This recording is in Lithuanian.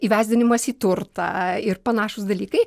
įvesdinimas į turtą ir panašūs dalykai